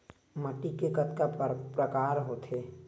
माटी के कतका प्रकार होथे?